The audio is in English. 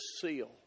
seal